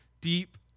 deep